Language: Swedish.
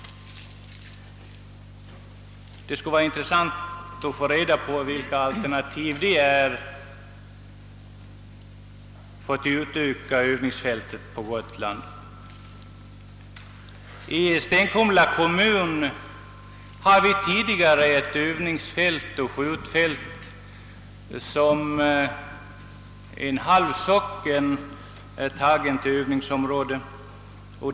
Det skulle vara intressant att få reda på dessa alternativ till en utökning av övningsfälten på Gotland. I Stenkumla kommun har man redan tidigare tagit i anspråk ett skjutfält, halva Tofta socken, som även ligger inom Stenkumla kommun.